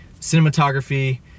Cinematography